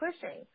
pushing